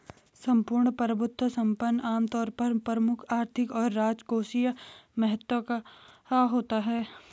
सम्पूर्ण प्रभुत्व संपन्न आमतौर पर प्रमुख आर्थिक और राजकोषीय महत्व का होता है